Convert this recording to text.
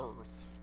earth